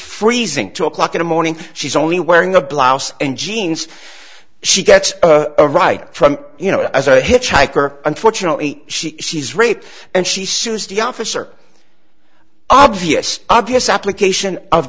freezing two o'clock in the morning she's only wearing a blouse and jeans she gets right from you know as a hitchhiker unfortunately she she's raped and she sues the officer obvious obvious application of